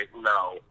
no